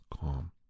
calm